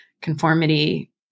conformity